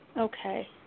Okay